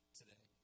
today